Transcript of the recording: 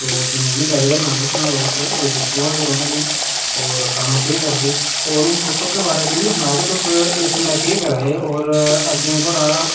अपने mummy daddy दा बी नां सुनओ तुस ओह् कुथुआं दें रौहने आह्ले ने होर कम्म केह् करदे तुस होर हुन तुस अपने बारे एह् बी सुनाओ कि तुस इसलै केह् करा दे होर अग्गै थुआढ़ा